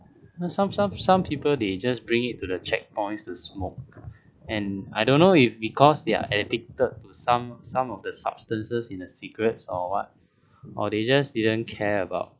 no some some some people they just bring it to the checkpoints to smoke and I don't know if because they're at addicted some some of the substances in a cigarette or what or they just didn't care about